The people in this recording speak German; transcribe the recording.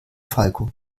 falco